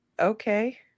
Okay